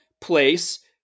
place